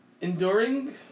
enduring